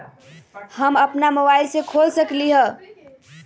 हम अपना मोबाइल से खोल सकली ह?